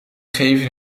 geven